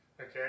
okay